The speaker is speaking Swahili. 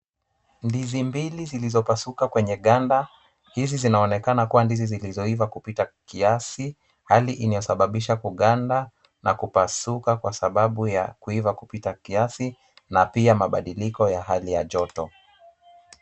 Ndizi mbili zilizopasuka kwenye ganda hizi zinaonekana kuwa ndizi zilizoiva kupita kiasi hali inayosababisha kuganda na kupasuka kwa sababu ya kuiva kupita kiasi na pia mabadiliko ya hali ya joto.